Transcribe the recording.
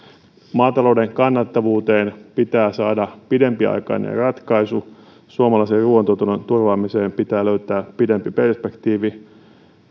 maatalouden kannattavuuteen pitää saada pidempiaikainen ratkaisu suomalaisen ruuantuotannon turvaamiseen pitää löytää pidempi perspektiivi